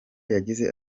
yagize